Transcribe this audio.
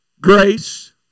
grace